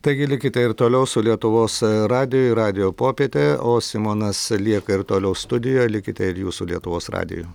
taigi likite ir toliau su lietuvos radiju radijo popietė o simonas lieka ir toliau studijoj likite ir jūs su lietuvos radiju